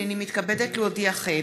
הנני מתכבדת להודיעכם,